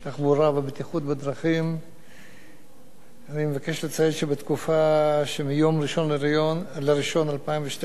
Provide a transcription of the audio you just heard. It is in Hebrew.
אני מבקש לציין שבתקופה שמיום 1 בינואר 2012 ועד 5 ביוני